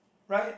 right